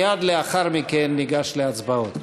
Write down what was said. מייד לאחר מכן ניגש להצבעות.